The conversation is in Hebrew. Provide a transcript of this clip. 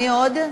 מי עוד?